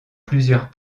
plusieurs